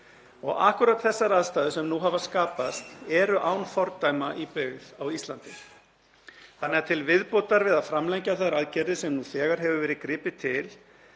Akkúrat þessar aðstæður sem nú hafa skapast eru án fordæma í byggð á Íslandi þannig að til viðbótar við að framlengja þær aðgerðir sem nú þegar hefur verið gripið til